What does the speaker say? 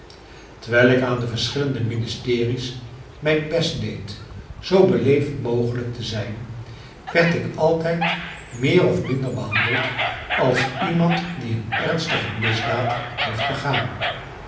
terwijl ik aan de verschillende ministeries mijn best deed zoo beleefd mogelijk te zijn werd ik altijd meer of minder behandeld als iemand die een ernstige misdaad heeft begaan